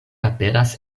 aperas